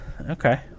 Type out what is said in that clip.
okay